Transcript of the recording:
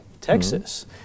Texas